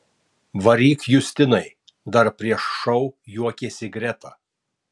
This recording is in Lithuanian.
varyk justinai dar prieš šou juokėsi greta